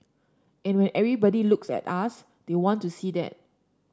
and when everybody looks at us they want to see that